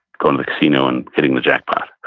going to the casino and hitting the jackpot.